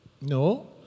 no